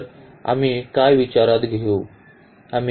तर आम्ही काय विचारात घेऊ